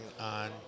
on